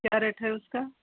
क्या रेट है उसका